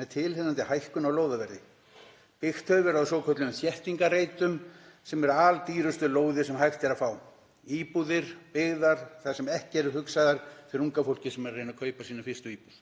með tilheyrandi hækkun á lóðaverði. Byggt hefur verið á svokölluðum þéttingarreitum sem eru aldýrustu lóðir sem hægt er að fá, íbúðir byggðar þar sem ekki eru hugsaðar fyrir unga fólkið sem er að reyna að kaupa sína fyrstu íbúð.